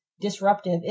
disruptive